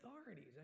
authorities